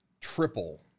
triple